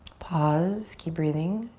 pause, keep breathing,